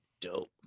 dope